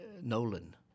Nolan